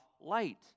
light